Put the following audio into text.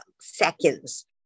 seconds